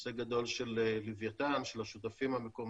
הישג גדול של לווייתן, של השותפים המקומיים,